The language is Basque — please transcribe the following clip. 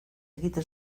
egiten